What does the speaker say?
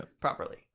Properly